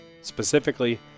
specifically